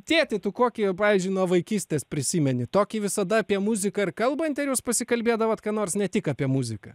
tėtį tu kokį pavyzdžiui nuo vaikystės prisimeni tokį visada apie muziką ir kalbantį ar jūs pasikalbėdavot ką nors ne tik apie muziką